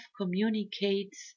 communicates